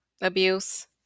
abuse